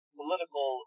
political